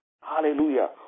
Hallelujah